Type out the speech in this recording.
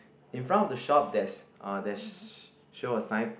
in front of the shop there's uh there's show a sign